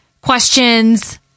questions